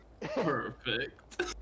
Perfect